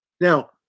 Now